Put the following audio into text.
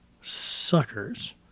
suckers